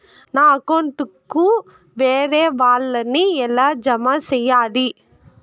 నా అకౌంట్ కు వేరే వాళ్ళ ని ఎలా జామ సేయాలి?